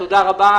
תודה רבה,